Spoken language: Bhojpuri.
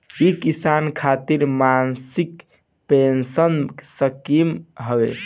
इ किसान खातिर मासिक पेंसन स्कीम हवे